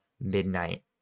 midnight